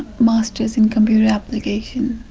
masters in computer application,